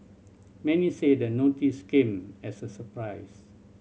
many say the notice came as a surprise